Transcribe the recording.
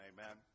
Amen